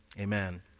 amen